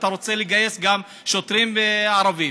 אתה רוצה לגייס גם שוטרים ערבים,